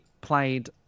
played